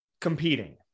competing